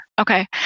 Okay